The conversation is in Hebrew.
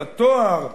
את התואר,